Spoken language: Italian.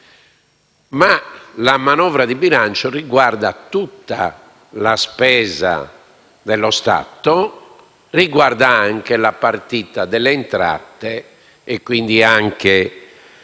La manovra di bilancio riguarda tutta la spesa dello Stato, anche la partita delle entrate e quindi il